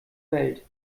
welt